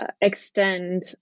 extend